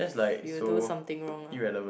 you do something wrong lah